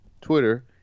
Twitter